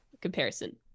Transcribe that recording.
Comparison